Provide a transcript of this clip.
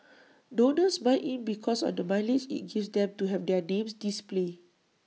donors buy in because of the mileage IT gives them to have their names displayed